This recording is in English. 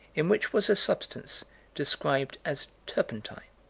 in which was a substance described as turpentine.